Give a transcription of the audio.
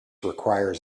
requires